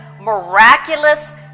miraculous